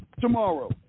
tomorrow